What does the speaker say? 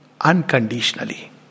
unconditionally